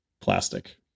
plastic